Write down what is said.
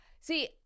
See